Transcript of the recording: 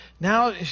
Now